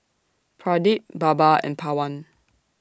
Pradip Baba and Pawan